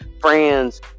friends